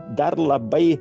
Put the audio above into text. dar labai